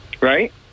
right